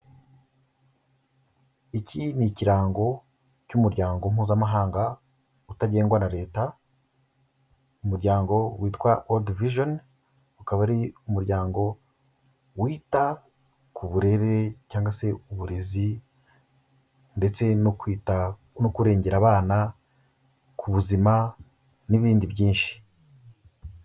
Iki ni ikirango cy'umuryango mpuzamahanga utagengwa na Leta, umuryango witwa World Vision, ukaba ari umuryango wita ku burere cyangwa se uburezi ndetse no kwita no kurengera abana ku buzima n'ibindi byinshi.